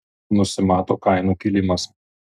nusimato kainų kilimas